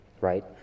right